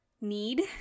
need